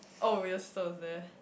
oh your sister was there